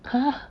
!huh!